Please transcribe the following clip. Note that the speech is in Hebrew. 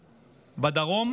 הביאה בדרום,